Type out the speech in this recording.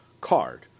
card